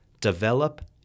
develop